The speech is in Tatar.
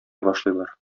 башлыйлар